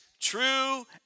true